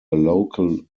local